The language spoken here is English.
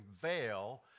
veil